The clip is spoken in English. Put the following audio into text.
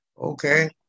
Okay